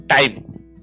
time